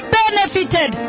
benefited